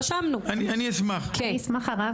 א.ל: אני אשמח הרב,